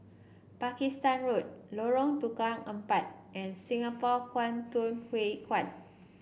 Pakistan Road Lorong Tukang Empat and Singapore Kwangtung Hui Kuan